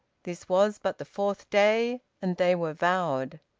this was but the fourth day, and they were vowed.